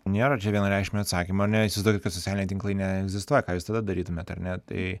nėra čia vienareikšmio atsakymo ar ne įsivaizduokit kad socialiniai tinklai neegzistuoja ką jūs tada darytumėt ar ne tai